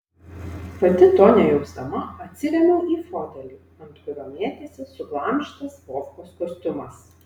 pati to nejausdama atsirėmiau į fotelį ant kurio mėtėsi suglamžytas vovkos kostiumas